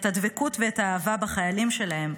הדבקות והאהבה בחיילים שלהם,